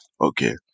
Okay